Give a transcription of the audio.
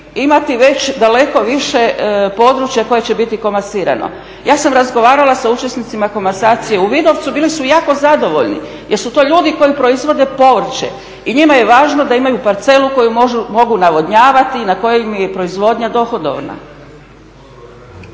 imati već daleko više područja koje će biti komasirano. Ja sam razgovarala sa učesnicima komasacije u Vidovcu bili su jako zadovoljni jer su to ljudi koji proizvode povrće i njima je važno da imaju parcelu koju mogu navodnjavati i na kojoj im je proizvodnja dohodovna.